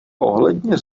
ohledně